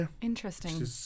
Interesting